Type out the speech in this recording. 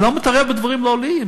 אני לא מתערב בדברים לא לי,